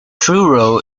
truro